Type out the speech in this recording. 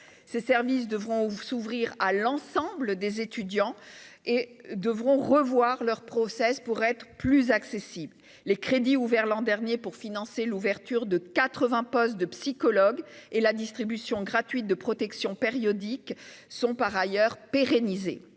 Ces services devront s'ouvrir à l'ensemble des étudiants et se rendre plus accessibles. Les crédits ouverts l'an dernier pour financer l'ouverture de 80 postes de psychologues et la distribution gratuite de protections périodiques sont par ailleurs pérennisés.